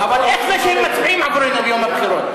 איך זה שהם מצביעים עבורנו ביום הבחירות?